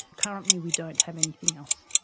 currently we don't have anything else.